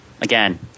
again